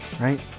right